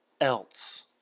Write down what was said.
else